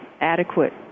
adequate